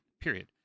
period